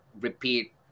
repeat